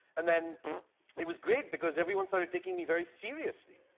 and then it was great because everyone started taking me very seriously.